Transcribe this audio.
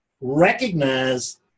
Recognize